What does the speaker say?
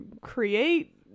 create